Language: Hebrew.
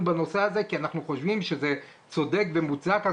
בנושא הזה כי אנחנו חושבים שזה צודק ומוצדק.